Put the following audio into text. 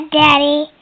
Daddy